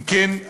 אם כן,